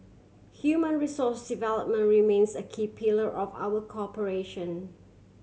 human resource development remains a key pillar of our cooperation